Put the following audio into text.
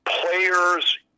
players